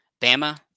Bama